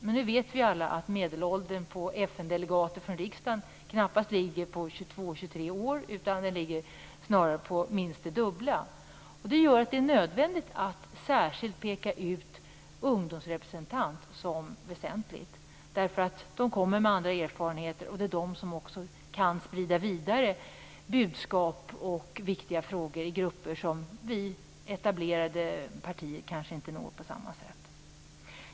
Men nu vet vi alla att medelåldern på FN delegater från riksdagen knappast ligger på 22, 23 år. Den ligger snarare på minst det dubbla. Det gör det nödvändigt att särskilt peka ut ungdomsrepresentation som något väsentligt. Ungdomar kommer med andra erfarenheter och de kan också sprida budskap och viktiga frågor till grupper som vi i etablerade partier kanske inte når på samma sätt.